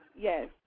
Yes